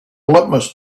litmus